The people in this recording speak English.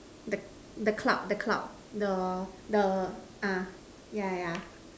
the the cloud the cloud the the ah yeah yeah yeah